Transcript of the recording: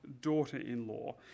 daughter-in-law